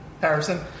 Harrison